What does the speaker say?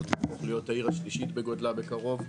אנחנו הולכים להיות העיר השלישית בגודלה בקרוב,